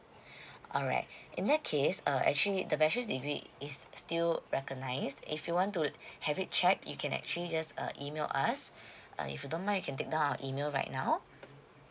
alright in that case uh actually the bachelor degree is still a recognised if you want to have it checked you can actually just uh email us uh if you don't mind can take down our email right now